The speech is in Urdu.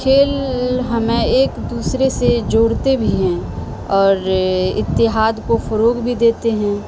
کھیل ہمیں ایک دوسرے سے جوڑتے بھی ہیں اور اتحاد کو فروغ بھی دیتے ہیں